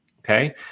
Okay